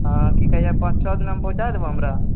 हँ की कहै छै पाँच छओ दिनामे पहुँचा देबऽ हमरा